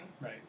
right